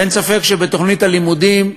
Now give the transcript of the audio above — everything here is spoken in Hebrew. אין ספק שבתוכנית הלימודים,